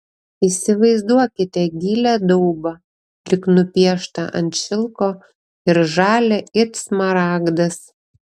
įsivaizduokite gilią daubą lyg nupieštą ant šilko ir žalią it smaragdas